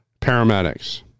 Paramedics